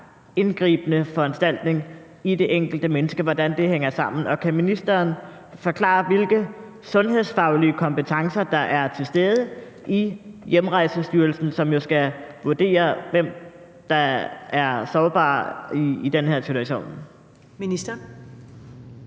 indgribende foranstaltning i det enkelte menneskes liv? Og kan ministeren forklare, hvilke sundhedsfaglige kompetencer der er til stede i Hjemrejsestyrelsen, som jo skal vurdere, hvem der er sårbare i den her situation? Kl.